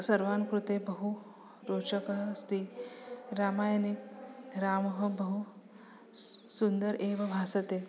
सर्वान् कृते बहु रोचकम् अस्ति रामायणे रामः बहु सुन्दरः एव भासते